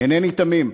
אינני תמים.